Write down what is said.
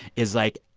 is, like,